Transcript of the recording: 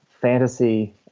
fantasy